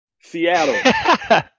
Seattle